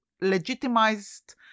legitimized